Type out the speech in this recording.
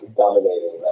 dominating